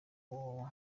www